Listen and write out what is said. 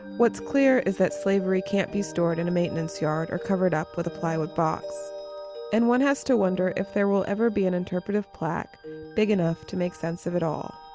what's clear is that slavery can't be stored in a maintenance yard, or covered up with the plywood box and one has to wonder if there will ever be an interpretive plaque big enough of to make sense of it all